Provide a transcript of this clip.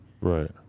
Right